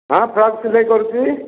ହଁ ଫ୍ରକ୍ ସିଲେଇ କରୁଛି